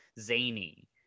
zany